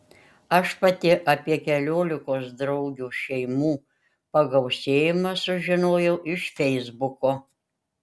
aš pati apie keliolikos draugių šeimų pagausėjimą sužinojau iš feisbuko